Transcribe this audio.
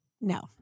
No